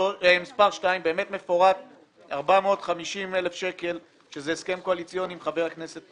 2 מפורט 450,000 שקל שזה הסכם קואליציוני עם חבר הכנסת